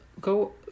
go